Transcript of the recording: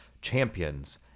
champions